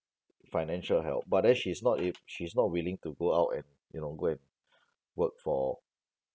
financial help but then she's not e~ she's not willing to go out and you know go and work for